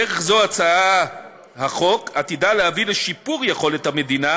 בדרך זו הצעת החוק עתידה להביא לשיפור יכולת המדינה